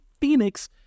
Phoenix